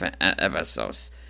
episodes